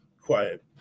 Quiet